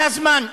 זה הזמן.